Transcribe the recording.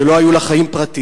שלא היו לה חיים פרטיים,